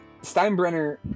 Steinbrenner